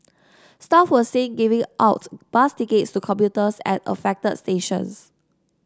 staff were seen giving out bus tickets to commuters at affected stations